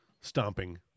stomping